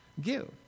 give